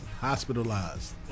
hospitalized